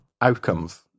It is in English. outcomes